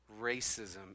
racism